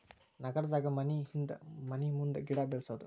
ನಗರದಾಗ ಮನಿಹಿಂದ ಮನಿಮುಂದ ಗಿಡಾ ಬೆಳ್ಸುದು